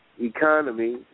economy